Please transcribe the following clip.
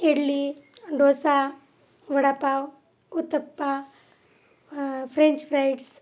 idli dosa vada pav uttappa French fries